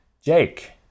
Jake